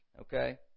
okay